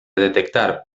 detectar